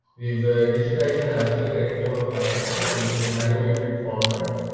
we've digitized the national curriculum of pakistan into an animated format.